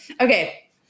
Okay